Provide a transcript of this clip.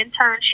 internship